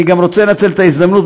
אני גם רוצה לנצל את ההזדמנות,